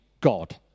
God